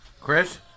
Chris